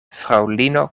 fraŭlino